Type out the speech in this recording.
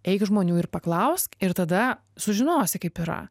eik žmonių ir paklausk ir tada sužinosi kaip yra